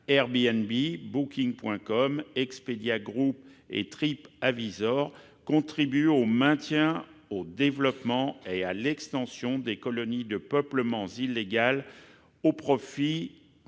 Airbnb, Booking.com, Expedia Group et TripAdvisor contribuent au maintien, au développement et à l'extension des colonies de peuplement illégales et en